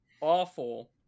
awful